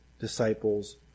disciples